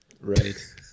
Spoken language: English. Right